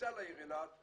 לכניסה לעיר אילת,